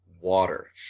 Water